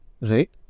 Right